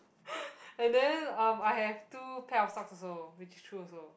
and then um I have two pair of socks also which is true also